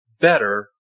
better